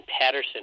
Patterson